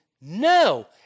No